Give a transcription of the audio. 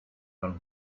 and